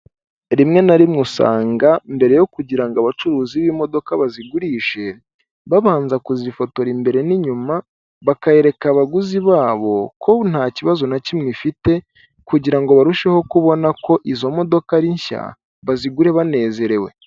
Rimwe na rimwe usanga mbere yo kugira ngo abacuruzi b'imodoka bazigurishe babanza kuzifotora imbere n'inyuma bakayereka abaguzi babo ko nta kibazo na kimwe ifite, kugirango ngo barusheho kubona ko izo modoka ari nshya bazigure banezerewe.